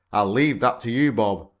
i'll leave that to you, bob,